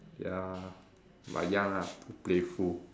ya but ya lah too playful